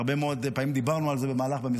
הרבה מאוד פעמים דיברנו על זה במסדרונות,